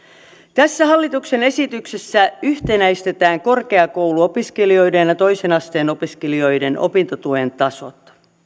tässä hallituksen esityksessä yhtenäistetään korkeakouluopiskelijoiden ja ja toisen asteen opiskelijoiden opintotuen tasot